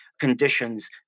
conditions